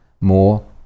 more